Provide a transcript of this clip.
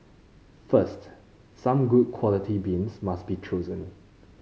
first some good quality beans must be chosen